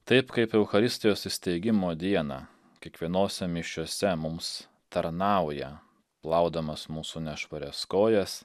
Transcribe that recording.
taip kaip eucharistijos įsteigimo dieną kiekvienose mišiose mums tarnauja plaudamas mūsų nešvarias kojas